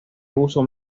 uso